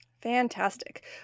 Fantastic